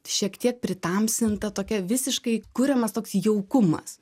šiek tiek pritamsinta tokia visiškai kuriamas toks jaukumas